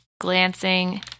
glancing